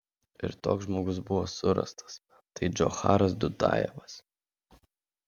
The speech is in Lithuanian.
ir toks žmogus buvo surastas tai džocharas dudajevas